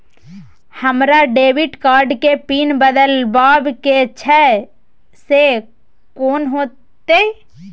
हमरा debit card के PIN बदलवा के छै से कोन होतै?